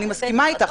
אני מסכימה אתך,